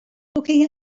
looking